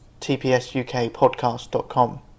tpsukpodcast.com